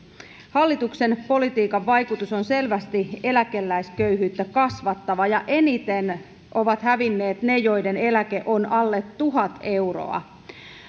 hallituksen politiikan vaikutus on selvästi eläkeläisköyhyyttä kasvattava ja eniten ovat hävinneet ne joiden eläke on alle tuhat euroa